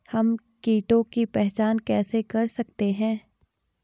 हम कीटों की पहचान कैसे कर सकते हैं?